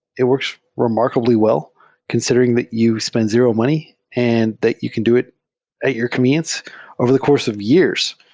it works remarkably wel l considering that you spend zero money and that you can do it at your convenience over the course of years.